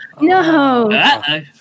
No